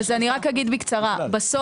אני רק אגיד בקצרה, אנחנו